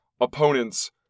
opponents